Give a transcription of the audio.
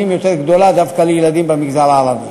יותר גדולה דווקא לילדים במגזר הערבי.